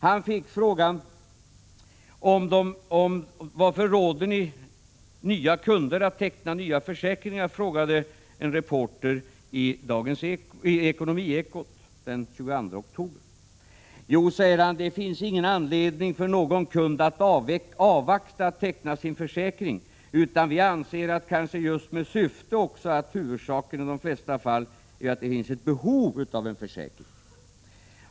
Han fick av en reporter i Ekonomiekot den 22 oktober frågan: Varför råder ni nya kunder att teckna nya försäkringar? Jo, säger han, det finns ingen anledning för någon kund att avvakta med att teckna sin försäkring, utan vi anser att huvudorsaken också i de flesta fall är att det föreligger ett behov av försäkring.